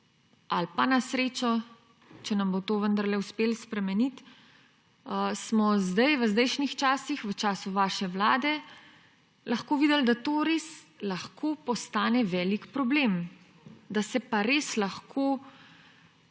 ali pa na srečo, če nam bo to vendarle uspelo spremeniti – smo zdaj, v zdajšnjih časih, v času vaše vlade lahko videli, da to res lahko postane velik problem, da se pa res lahko